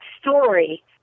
story